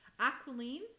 Aquiline